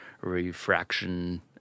refraction